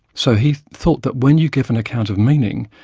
so he thought that when you give an account of meaning,